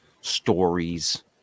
stories